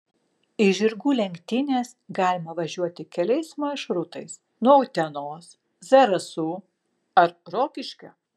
į žirgų lenktynes galima važiuoti keliais maršrutais nuo utenos zarasų ar rokiškio